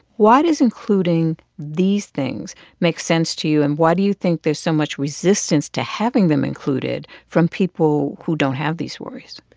why does including these things make sense to you? and why do you think there's so much resistance to having them included from people who don't have these worries?